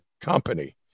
company